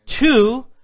Two